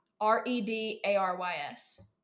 R-E-D-A-R-Y-S